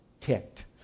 ticked